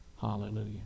Hallelujah